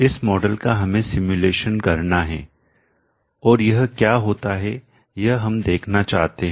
इस मॉडल का हमें सिमुलेशन करना है और यह क्या होता है यह हम देखना चाहते हैं